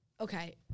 okay